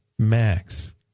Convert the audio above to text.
max